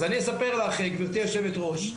אז אספר לך, גברתי היושבת-ראש.